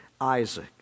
Isaac